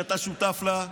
שאתה שותף לה,